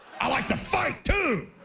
i like to fight, too!